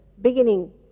beginning